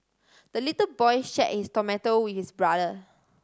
the little boy shared his tomato with his brother